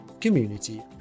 community